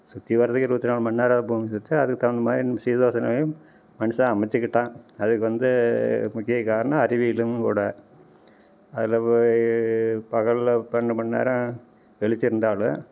சுற்றி வரதுக்கு இருபத்தி நாலு மணி நேரம் ஆகும் போச்சு அதுக்குத் தகுந்த மாதிரி சீதோஷண நிலையும் மனுஷன் அமைச்சுக்கிட்டான் அதுக்கு வந்து முக்கிய காரணம் அறிவியலும் கூட அதில் பகலில் பன்னெண்டு மணி நேரம் வெளிச்சம் இருந்தாலும்